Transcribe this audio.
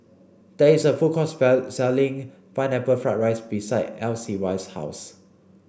there is a food court selling pineapple fried rice Icy's house